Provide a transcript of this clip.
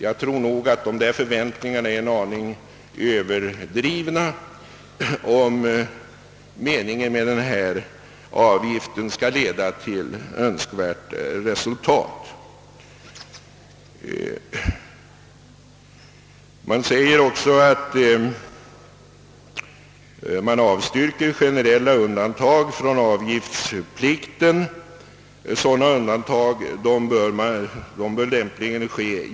Jag anser nog att dessa förväntningar är en aning överdrivna, om denna avgift skall kunna leda till önskvärt resultat. Man avstyrker också yrkandena om generella undantag från avgiftsplikten och anser, att sådana undantag lämpligen bör ske genom dispens.